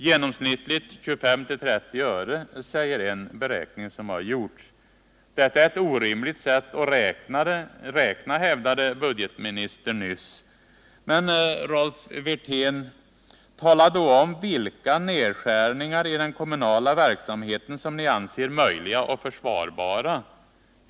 Genomsnittligt 25-30 öre, säger en beräkning som har gjorts. Detta är ett orimligt sätt att räkna, hävdade budgetministern nyss. Men, Rolf Wirtén, tala då om vilka nedskärningar i den kommunala verksamheten som ni anser möjliga och försvarbara!